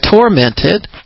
tormented